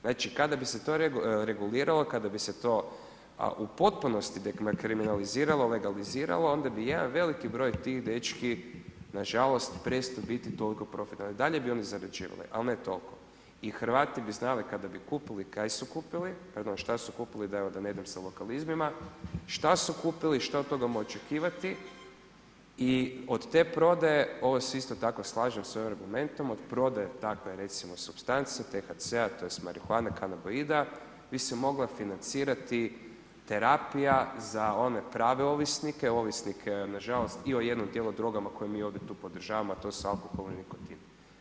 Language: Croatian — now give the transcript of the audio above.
Znači kada bi se to reguliralo, kada bi se to u potpunosti dekriminalizirao, legaliziralo onda bi jedan veliki broj tih dečki nažalost prestao biti toliko profitabilan, i dalje bi oni zarađivali, ali ne tolko i Hrvati bi znali kada bi kupili, kaj su kupili, šta su kupili da ne idem sa lokalizmima, šta su kupili, šta od toga očekivati i od te prodaje, ovo se isto tako slažem s ovim argumentom, od prodaje takve recimo supstance, THC-a, tj. marihuane kanaboida bi se mogla financirati terapija za one prave ovisnike, ovisnike nažalost i o jednom djelu drogama koje mi ovdje tu podržavamo, a to su alkohol i nikotin.